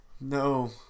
no